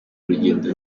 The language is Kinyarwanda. urugendo